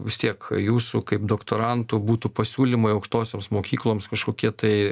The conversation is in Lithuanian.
vis tiek jūsų kaip doktoranto būtų pasiūlymai aukštosioms mokykloms kažkokie tai